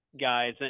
guys